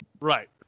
Right